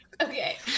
okay